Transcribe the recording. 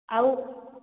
ଆଉ